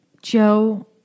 Joe